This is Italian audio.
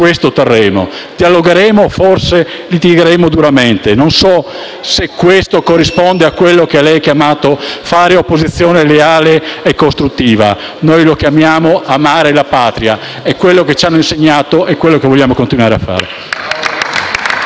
dialogheremo e forse litigheremo duramente. Non so se questo corrisponde a quello che lei ha chiamato fare opposizione «leale e costruttiva»; noi lo chiamiamo «amare la Patria»: è quello che ci hanno insegnato ed è quello che vogliamo continuare a fare.